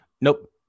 Nope